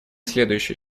следующие